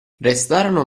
restarono